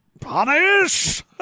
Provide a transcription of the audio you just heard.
Punish